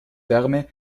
wärme